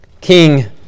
King